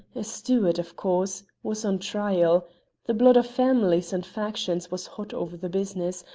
a stewart of course, was on trial the blood of families and factions was hot over the business,